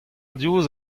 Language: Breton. diouzh